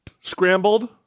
scrambled